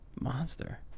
monster